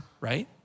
right